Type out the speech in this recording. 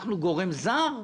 אנחנו גורם זר?